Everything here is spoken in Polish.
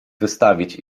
wystawić